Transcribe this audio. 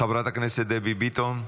חברת הכנסת דבי ביטון,